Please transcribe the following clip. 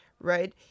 Right